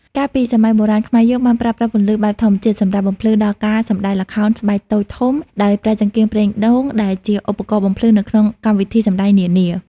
កាលពីសម័យបុរាណ ខ្មែរយើងបានប្រើប្រាស់ពន្លឺបែបធម្មជាតិសម្រាប់បំភ្លឺដល់ការសម្តែងល្ខោខស្បែកតូច ធំ ដោយប្រើចង្កៀងប្រេងដូងដែលជាឧបករណ៍បំភ្លឺនៅក្នុងកម្មវិធីសម្តែងនានា។